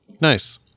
Nice